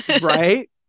Right